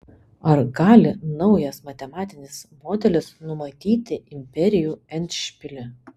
ar gali naujas matematinis modelis numatyti imperijų endšpilį